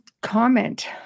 comment